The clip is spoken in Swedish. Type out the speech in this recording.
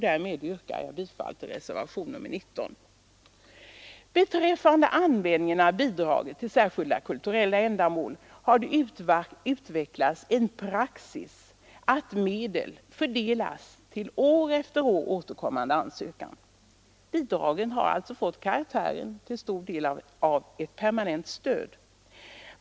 Därmed yrkar jag bifall till reservationen 19. Beträffande användningen av bidraget till särskilda kulturella ändamål har det utvecklats en praxis att medel fördelas på år efter år återkommande ansökan. Bidraget har alltså till stor del fått karaktären av ett permanent stöd.